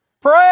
Pray